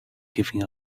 giving